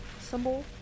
symbol